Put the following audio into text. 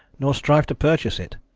nor strive to purchase it,